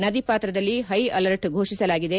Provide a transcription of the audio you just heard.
ನದಿ ಪಾತ್ರದಲ್ಲಿ ಹೈಅರ್ಟ್ ಘೋಷಿಸಲಾಗಿದೆ